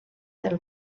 del